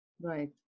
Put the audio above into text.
Right